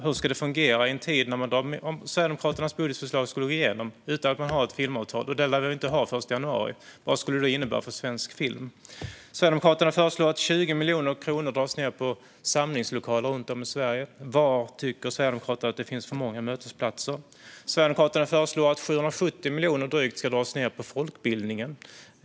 Hur skulle det fungera om Sverigedemokraternas budgetförslag skulle gå igenom utan att vi har ett filmavtal? Och det lär vi inte ha den 1 januari. Vad skulle det då innebära för svensk film? Sverigedemokraterna föreslår att 20 miljoner kronor ska dras ned på samlingslokaler runt om i Sverige. Var tycker Sverigedemokraterna att det finns för många mötesplatser? Sverigedemokraterna föreslår att drygt 770 miljoner ska dras ned på folkbildningen.